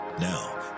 Now